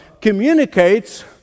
communicates